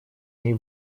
ней